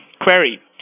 query